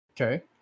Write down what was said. Okay